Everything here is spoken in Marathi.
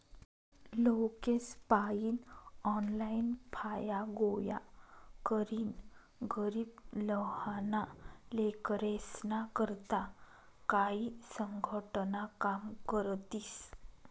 लोकेसपायीन ऑनलाईन फाया गोया करीन गरीब लहाना लेकरेस्ना करता काई संघटना काम करतीस